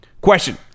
Question